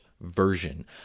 version